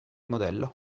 modello